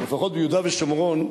לפחות ביהודה ושומרון,